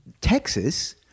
Texas